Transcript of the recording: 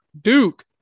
Duke